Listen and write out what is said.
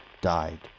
died